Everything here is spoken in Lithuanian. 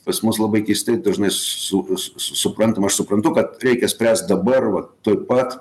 pas mus labai keistai dažnai su s s suprantama aš suprantu kad reikia spręst dabar va tuoj pat